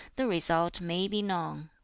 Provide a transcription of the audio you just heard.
the result may be known.